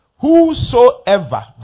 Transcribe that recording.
Whosoever